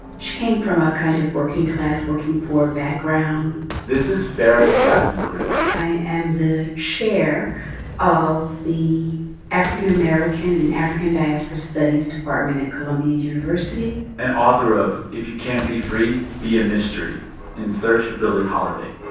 she came from a kind of working-class, working, poor background this is farah jasmine griffin i am the chair of the african american and african diaspora studies department at columbia university and author of if you can't be free, be a mystery in search of billie holiday.